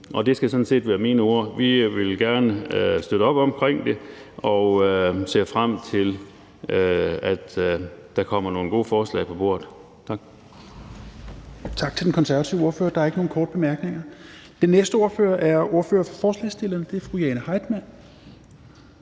set være mine ord. Vi vil gerne støtte op omkring det og ser frem til, at der kommer nogle gode forslag på bordet. Tak.